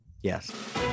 Yes